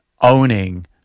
owning